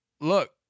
look